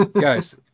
Guys